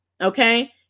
Okay